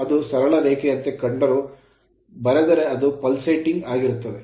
ಅದು ಸರಳ ರೇಖೆಯಂತೆ ಕಂಡರೂ ಬರೆದರೆ ಅದು pulsating ಮಿಡಿಯುತ್ತದೆ ಆಗಿರುತ್ತದೆ